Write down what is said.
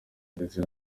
ndetse